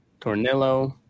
tornillo